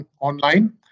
online